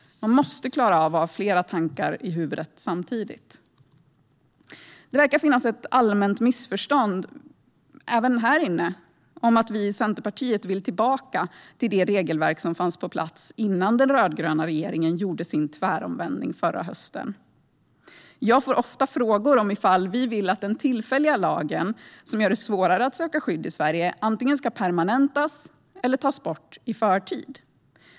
Man måste klara av att ha flera tankar i huvudet samtidigt. Det verkar finnas ett allmänt missförstånd, även här inne, om att vi i Centerpartiet vill tillbaka till det regelverk som fanns på plats innan den rödgröna regeringen gjorde sin tväromvändning förra hösten. Jag får ofta frågan om vi vill att den tillfälliga lagen som gör det svårare att söka skydd i Sverige antingen ska permanentas eller tas bort i förtid.